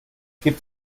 gibt